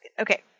Okay